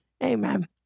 Amen